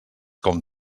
com